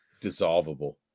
dissolvable